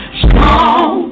strong